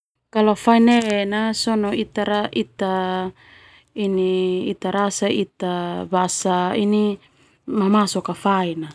Kalo fai ne na sona ita rasa ita tabasa ini mamasok fain na.